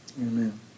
Amen